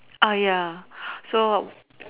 uh ya so